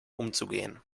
umzugehen